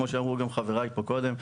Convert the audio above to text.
כמו שאמרו חבריי פה קודם,